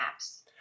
apps